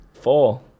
Four